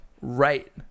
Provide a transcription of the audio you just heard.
right